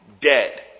dead